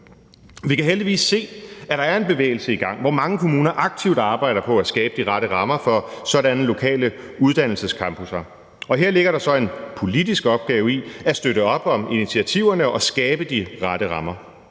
Vi kan heldigvis se, at der er en bevægelse i gang, hvor mange kommuner aktivt arbejder på at skabe de rette rammer for sådanne lokale uddannelsescampusser, og her ligger der så en politisk opgave i at støtte op om initiativerne og skabe de rette rammer.